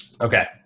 Okay